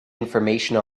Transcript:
information